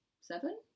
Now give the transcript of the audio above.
Seven